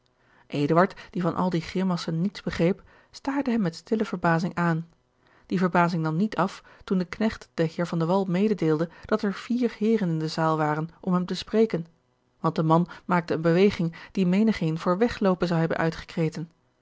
die van al die grimassen niets begreep staarde hem met stille verbazing aan die verbazing nam niet af toen de knecht den heer van de wall mededeelde dat er vier heeren in de zaal waren om hem te spreken want de man maakte eene beweging die menigeen voor wegloopen zou hebben uitgekreten